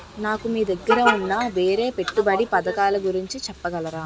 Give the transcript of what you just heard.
నాకు మీ దగ్గర ఉన్న వేరే పెట్టుబడి పథకాలుగురించి చెప్పగలరా?